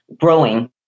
growing